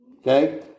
Okay